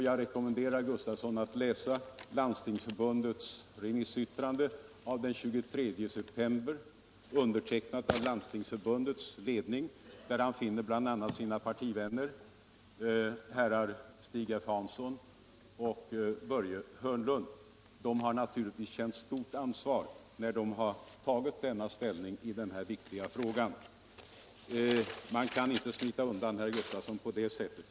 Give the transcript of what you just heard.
Jag rekommenderar herr Gustavsson att läsa Landstingsförbundets remissyttrande av den 23 september, undertecknat av Landstingsförbundets ledning, där han finner bl.a. sina partivänner herrar Stig F. Hansson och Börje Hörnlund. De har naturligtvis känt stort ansvar när de har tagit ställning i denna viktiga fråga. Man kan inte smita undan på det sättet, herr Gustavsson.